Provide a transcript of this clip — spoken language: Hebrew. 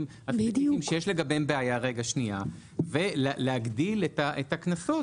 הספציפיים שיש לגביהם בעיה ולהגדיל את הקנסות,